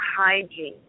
hygiene